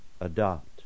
adopt